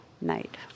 night